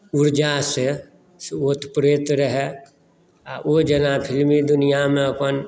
ऊर्जासँ से ओत प्रोत रहय आ ओ जेना फिल्मी दुनिआँमे अपन